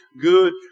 good